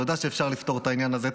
אתה יודע שאפשר לפתור את העניין הזה,